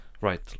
Right